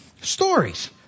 Stories